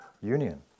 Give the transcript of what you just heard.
union